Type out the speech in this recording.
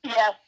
Yes